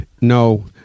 no